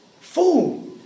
Fool